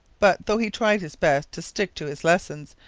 but, though he tried his best to stick to his lessons,